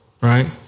right